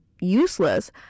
useless